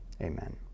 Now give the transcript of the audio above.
Amen